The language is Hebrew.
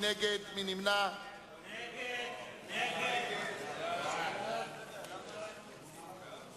קבוצת סיעת רע"ם-תע"ל וקבוצת סיעת האיחוד הלאומי